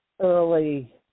Early